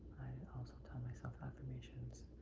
also tell myself affirmations.